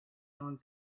done